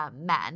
Men